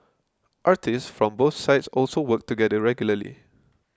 artists from both sides also work together regularly